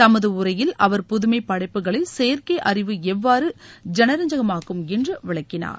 தமது உரையில் அவர் புதுமை படைப்புகளை செயற்கை அறிவு எவ்வாறு ஜனரஞ்ககமாக்கும் என்று விளக்கினார்